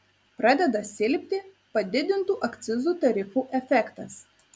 pradeda silpti padidintų akcizų tarifų efektas